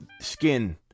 skin